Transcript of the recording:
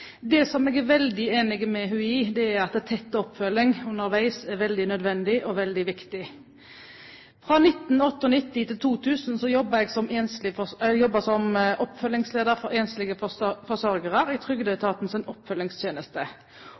lenge. Det jeg er veldig enig med henne i, er at tett oppfølging underveis er veldig nødvendig og veldig viktig. Fra 1998 til 2000 jobbet jeg i trygdeetatens oppfølgingstjeneste som oppfølgingsleder for enslige forsørgere. Hovedoppgaven i